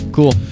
Cool